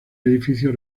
edificio